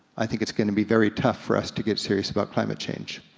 i think it's gonna be very tough for us to get serious about climate change.